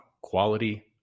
quality